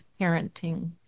parenting